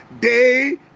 day